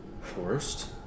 forest